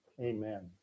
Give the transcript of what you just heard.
Amen